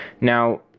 Now